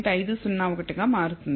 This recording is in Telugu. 501 గా మారుతుంది